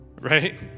Right